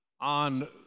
on